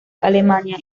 alemania